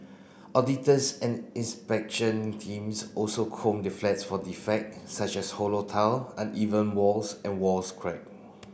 auditors and inspection teams also comb the flats for defect such as hollow tile uneven walls and walls crack